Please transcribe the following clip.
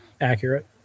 Accurate